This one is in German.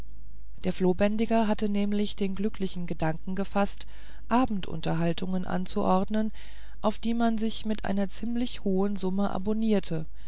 der flohbändiger hatte nämlich den glücklichen gedanken gefaßt abendunterhaltungen anzuordnen auf die man sich mit einer ziemlich hohen summe abonnierte